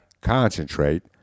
concentrate